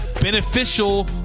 beneficial